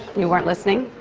you weren't listening?